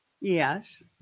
Yes